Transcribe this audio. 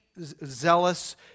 zealous